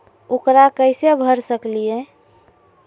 ऊकरा कैसे भर सकीले?